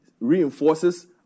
reinforces